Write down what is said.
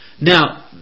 Now